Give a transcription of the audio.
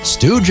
Stu